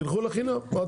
תלכו לחינם.